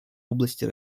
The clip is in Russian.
области